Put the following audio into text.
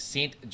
Saint